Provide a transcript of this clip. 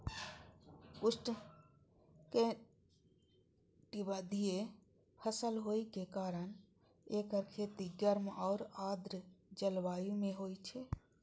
उष्णकटिबंधीय फसल होइ के कारण एकर खेती गर्म आ आर्द्र जलवायु मे होइ छै